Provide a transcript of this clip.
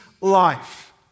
life